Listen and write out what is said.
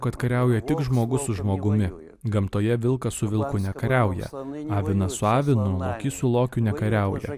kad kariauja tik žmogus su žmogumi gamtoje vilkas su vilku nekariauja avinas su avinu lokys su lokiu nekariauja